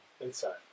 Inside